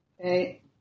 Okay